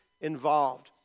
involved